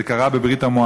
זה קרה בברית-המועצות,